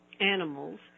animals